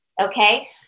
okay